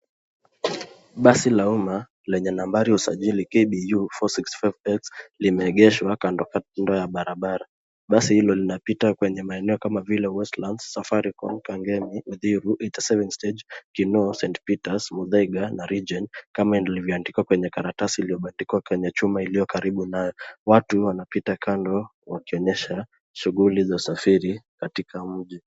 Basi la umma lenye nambari ya usajili KBU 465X limeegeshwa kando kando ya barabara. Basi hilo linapita kwenye maeneo kamavile Westlands, Safaricom, Kangemi, Uthiru, 87 stage, Kinoo, Saint Peters, Muthaiga, na Regen kama ilivyoandikwa kwenye karatasi iliyobandikwa kwenye chuma iliyo karibu nayo. Watu wanapita kando wakionyesha shughuli za usafiri katika mji.